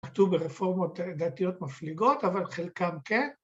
‫כתוב ברפורמות דתיות מפליגות, ‫אבל חלקם כן.